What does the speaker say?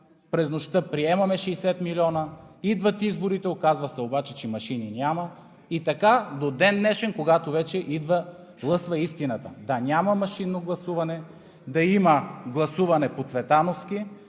през нощта приемаме 60 милиона, идват изборите, оказва се обаче, че машини няма и така до ден днешен, когато вече лъсва истината: да няма машинно гласуване, да има гласуване по цветановски,